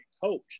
coach